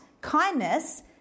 kindness